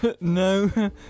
No